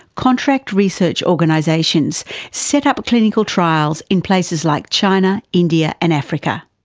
contact research organisations set up clinical trials in places like china, india and africa.